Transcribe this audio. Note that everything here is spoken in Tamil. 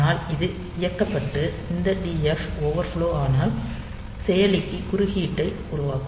ஆனால் இது இயக்கப்பட்டு இந்த TF ஓவர்ஃப்லோ ஆனால் செயலிக்கு குறுக்கீட்டை உருவாக்கும்